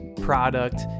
product